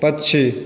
पक्षी